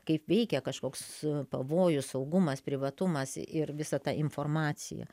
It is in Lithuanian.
kaip veikia kažkoks pavojus saugumas privatumas ir visa ta informacija